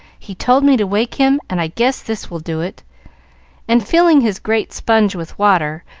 he told me to wake him, and i guess this will do it and, filling his great sponge with water,